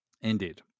Indeed